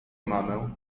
mamę